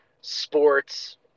sports